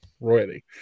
royally